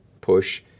push